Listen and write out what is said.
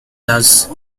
last